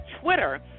Twitter